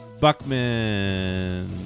buckman